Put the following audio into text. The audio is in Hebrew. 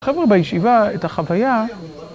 חבר'ה בישיבה את החוויה